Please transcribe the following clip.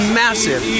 massive